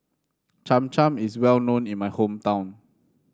Cham Cham is well known in my hometown